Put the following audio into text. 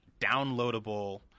downloadable